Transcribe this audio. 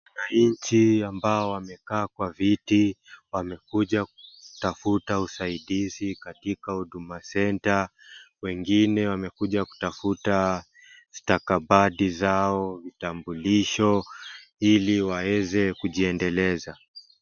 Wananchi ambao wamekaa kwa viti. Wamekuja kutafuta usaidizi katika Huduma Centre. Wengine wamekuja kutafuta stakabadi zao, vitambulisho ili waweze kujiendeleza.